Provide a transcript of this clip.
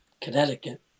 Connecticut